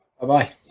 Bye-bye